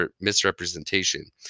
misrepresentation